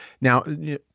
Now